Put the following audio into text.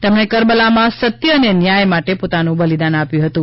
તેમણે કરબલામાં સત્ય અને ન્યાય માટે પોતાનું બલિદાન આપ્યું હતું